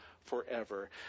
forever